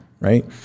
Right